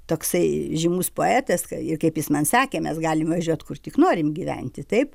toksai žymus poetas ir kaip jis man sakė mes galim važiuot kur tik norim gyventi taip